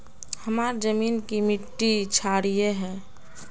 हमार जमीन की मिट्टी क्षारीय है?